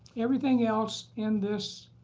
everything else in this